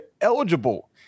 eligible